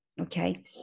Okay